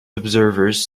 observers